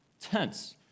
tense